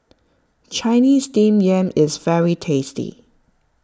Chinese Steamed Yam is very tasty